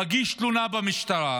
מגיש תלונה במשטרה,